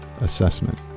Assessment